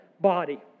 body